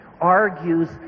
argues